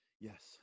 Yes